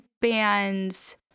bands